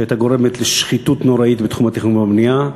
שהייתה גורמת לשחיתות נוראית בתחום התכנון והבנייה,